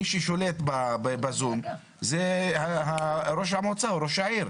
מי ששולט ב-זום, זה ראש המועצה או ראש העיר.